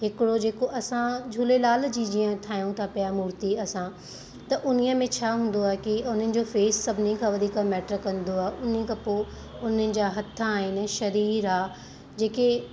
हिकिड़ो जेको असां झूलेलाल जी जीअं ठाहियूं था पिया मूर्ति असां त उन्हीअ में छा हूंदो आहे की उन्हनि जो फ़ेस सभिनि खां वधीक मेटर कंदो आहे उन खां पोइ उन्हनि जा हथ आहिनि शरीरु आहे जेके